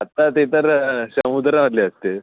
आत्ता ते तर समुद्रवाले असते